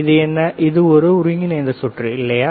இது என்ன இது ஒரு ஒருங்கிணைந்த சுற்று சரியா